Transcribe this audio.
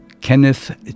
Kenneth